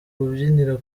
rubyiniro